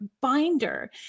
binder